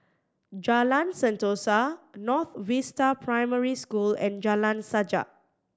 Jalan Sentosa North Vista Primary School and Jalan Sajak